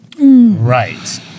right